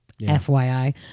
FYI